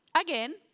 Again